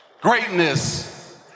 Greatness